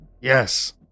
Yes